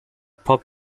pub